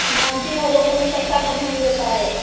जानती हो होटल में पैसा कम नहीं होता है